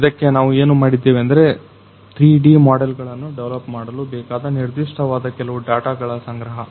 ಇದಕ್ಕೆ ನಾವು ಏನು ಮಾಡಿದ್ದೇವೆ ಅಂದರೆ 3D ಮಾಡೆಲ್ ಗಳನ್ನು ಡವಲಪ್ ಮಾಡಲು ಬೇಕಾದ ನಿರ್ದಿಷ್ಟವಾದ ಕೆಲವು ಡಾಟಾ ಗಳ ಸಂಗ್ರಹ